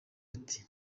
ati